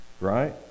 right